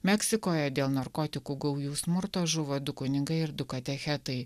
meksikoje dėl narkotikų gaujų smurto žuvo du kunigai ir du katechetai